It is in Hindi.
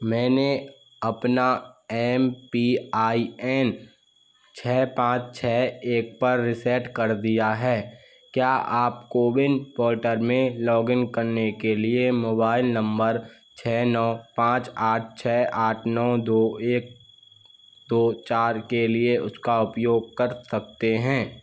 मैंने अपना एम पी आई एन छ पाँच छ एक पर रिसेट कर दिया है क्या आप कोविन पोर्टल में लॉगिन करने के लिए मोबाइल नंबर छ नौ पाँच आठ छ आठ नौ दो एक दो चार के लिए उसका उपयोग कर सकते हैं